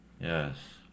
Yes